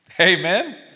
Amen